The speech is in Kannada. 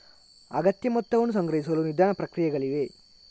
ಅಗತ್ಯ ಮೊತ್ತವನ್ನು ಸಂಗ್ರಹಿಸಲು ನಿಧಾನ ಪ್ರಕ್ರಿಯೆಗಳಿವೆ